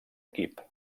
equip